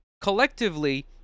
collectively